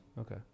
Okay